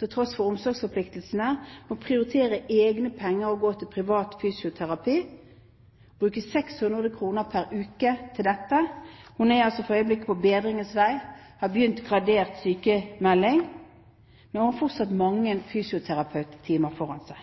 til tross for omsorgsforpliktelsene, å prioritere å gå til privat fysioterapi og å bruke 600 kr pr. uke av egne penger til dette. Hun er for øyeblikket på bedringens vei, har begynt på gradert sykmelding, men har fortsatt mange fysioterapitimer foran seg.